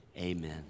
Amen